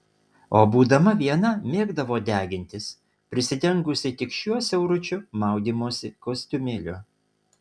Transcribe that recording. o būdama viena mėgdavo degintis prisidengusi tik šiuo siauručiu maudymosi kostiumėliu